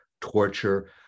torture